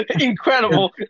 incredible